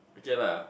okay lah